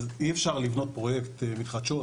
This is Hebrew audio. אז אי אפשר לבנות פרויקט מתחדשות.